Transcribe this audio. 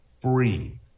free